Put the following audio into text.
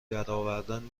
درآوردن